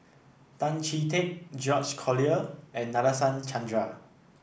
Tan Chee Teck George Collyer and Nadasen Chandra